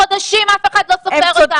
חודשים אף אחד לא סופר אותם,